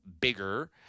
bigger